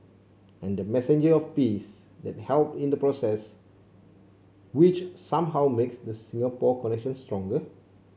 and the messenger of peace that helped in the process which somehow makes the Singapore connection stronger